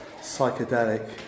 psychedelic